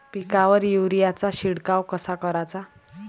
पिकावर युरीया चा शिडकाव कसा कराचा?